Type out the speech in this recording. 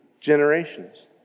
generations